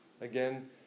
Again